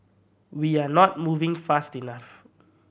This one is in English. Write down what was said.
we are not moving fast enough